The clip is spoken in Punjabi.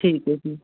ਠੀਕ ਹੈ ਜੀ